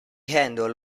handle